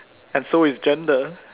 and so is gender